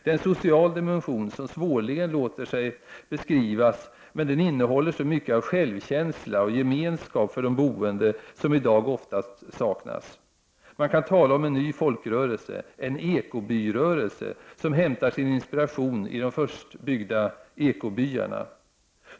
Det är en social dimension som svårligen låter sig beskrivas, men den innehåller så mycket av självkänsla och gemenskap för de boende som i dag oftast saknas. Man kan tala om en ny folkrörelse, en ekobyrörelse som hämtar sin inspiration i de först byggda ekobyarna.